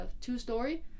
two-story